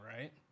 right